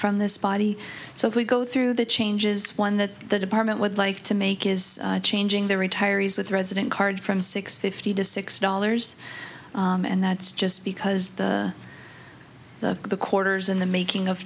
from this body so if we go through the changes one that the department would like to make is changing the retirees with resident card from six fifty to six dollars and that's just because the the the quarters in the making of